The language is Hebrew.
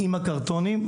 עם הקרטונים,